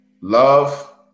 love